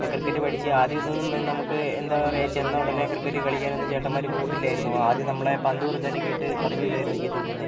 അപ്പം ക്രിക്കറ്റ് പഠിച്ച് ആദ്യം ഇതൊന്നും നമുക്ക് എന്താ പറയാ ചെന്നൊടനെ ക്രിക്കറ്റ് കളിയ്ക്കാനൊന്നും ചേട്ടന്മാർ കൂട്ടില്ലായിരുന്നു ആദ്യം നമ്മളെ പന്ത് പെറുക്കാനൊക്കെയായിട്ട് പറഞ്ഞു വിടുവായിരുന്നു ചെയ്തോണ്ടിരുന്നത്